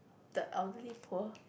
the elderly poor